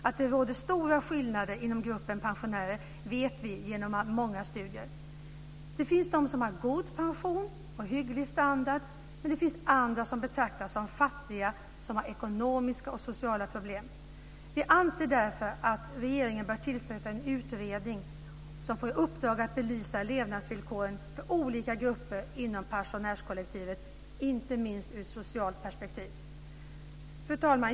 Att det råder stora skillnader inom gruppen pensionärer vet vi genom många studier. Det finns de som har god pension och hygglig standard, men det finns andra som betraktas som fattiga och som har ekonomiska och sociala problem. Vi anser därför att regeringen bör tillsätta en utredning som får i uppdrag att belysa levnadsvillkoren för olika grupper inom pensionärskollektivet inte minst ur ett socialt perspektiv. Fru talman!